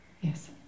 Yes